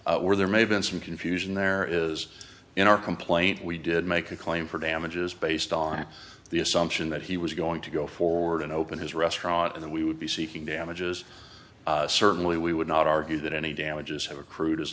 damages where there may have been some confusion there is in our complaint we did make a claim for damages based on the assumption that he was going to go forward and open his restaurant and then we would be seeking damages certainly we would not argue that any damages have accrued as